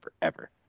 forever